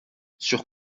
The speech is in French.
sur